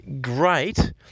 great